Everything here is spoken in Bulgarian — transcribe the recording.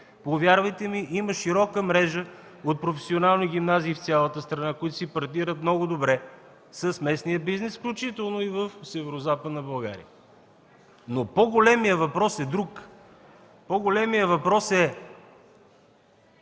Повярвайте ми, има широка мрежа от професионални гимназии в цялата страна, които си партнират много добре с местния бизнес, включително и в Северозападна България. Но проблемният въпрос е друг: образователната